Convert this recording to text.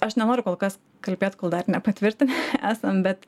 aš nenoriu kol kas kalbėt kol dar nepatvirtin esam bet